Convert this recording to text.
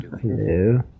hello